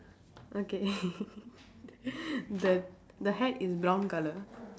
okay the the hat is brown colour